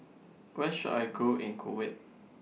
Where should I Go in Kuwait